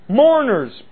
mourners